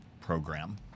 program